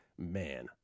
Man